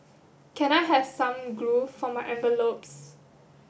can I have some glue for my envelopes